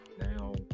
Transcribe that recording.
now